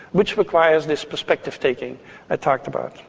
which requires this perspective taking i talked about.